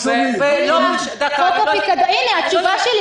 הינה, התשובה.